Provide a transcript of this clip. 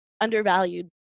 undervalued